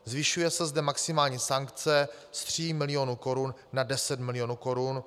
Zvyšuje se zde maximální sankce z tří milionů korun na 10 milionů korun.